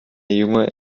junge